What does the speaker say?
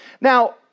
Now